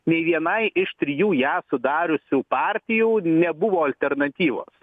nei vienai iš trijų ją sudariusių partijų nebuvo alternatyvos